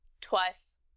twice